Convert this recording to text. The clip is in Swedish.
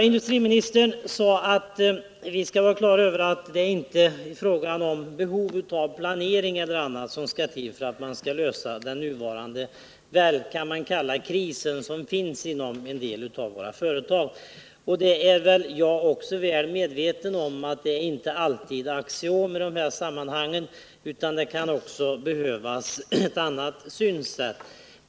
Industriministern sade att vi skall vara på det klara med att det inte bara är planering och finansiering som skall till för att man skall avhjälpa den nuvarande krisen inom en del av våra företag. Jag är också väl medveten om Nr 26 att det inte är ett axiom i dessa sammanhang utan att det också kan behövas Måndagen den ett annat synsätt.